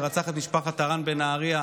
שרצח את משפחת הרן בנהריה,